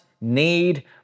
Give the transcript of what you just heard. need